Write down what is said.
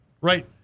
right